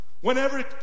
Whenever